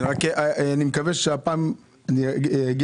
רק חשוב שהפעם נצא